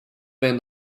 been